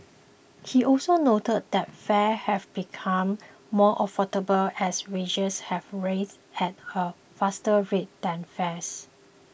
he also noted that fares have become more affordable as wages have risen at a faster rate than fares